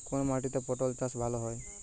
কোন মাটিতে পটল চাষ ভালো হবে?